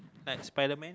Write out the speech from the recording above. like spiderman